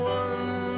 one